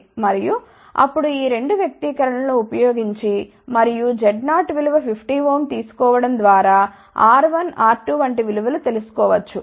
మరియు అప్పుడుఈ 2 వ్యక్తీకరణ లు ఉపయోగించి మరియు Z0 విలువ 50Ω తీసుకోవడం ద్వారా R1 R2 వంటి విలువలు తెలుసు కొవచ్చు